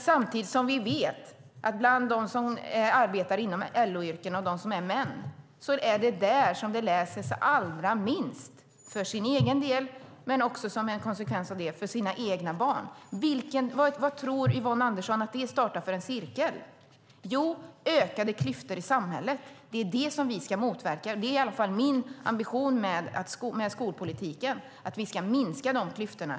Samtidigt vet vi att män som arbetar inom LO-yrken läser allra minst, både för egen del men också som en konsekvens av det för barnen. Vad tror Yvonne Andersson att det startar för cirkel? Jo, det blir ökade klyftor i samhället. Det ska vi motverka. Det är i alla fall min ambition med skolpolitiken - att minska de klyftorna.